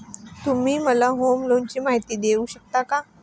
तुम्ही मला होम लोनची माहिती देऊ शकता का?